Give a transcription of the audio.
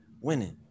winning